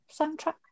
soundtrack